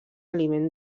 aliment